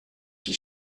die